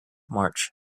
march